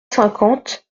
cinquante